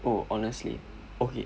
oh honestly okay